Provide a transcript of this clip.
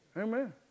Amen